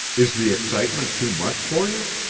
is the excitement too much for you?